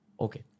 Okay